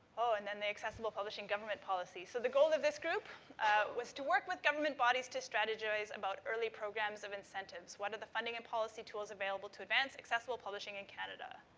oh. and then the accessible publishing government policy. so, the goal of this group was to work with government bodies to strategize about early programmes of incentives. what are the funding and policy tools available to advance accessible publishing in canada?